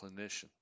clinician